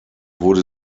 wurde